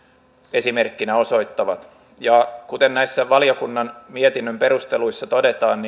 esimerkkinä osoittavat kuten näissä valiokunnan mietinnön perusteluissa todetaan